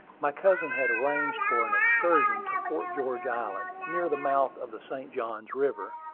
my cousin had arranged for an excursion to fort george island, near the mouth of the st. johns river,